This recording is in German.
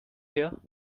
her